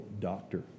doctor